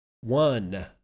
One